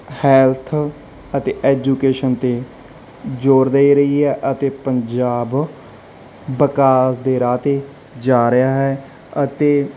health ਅਤੇ education 'ਤੇ ਜੋਰ ਦੇ ਰਹੀ ਹੈ ਅਤੇ ਪੰਜਾਬ ਵਿਕਾਸ ਦੇ ਰਾਹ 'ਤੇ ਜਾ ਰਿਹਾ ਹੈ ਅਤੇ